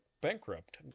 bankrupt